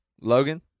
Logan